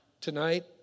Tonight